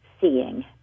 seeing